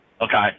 Okay